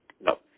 No